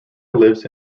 lives